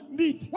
need